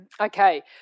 Okay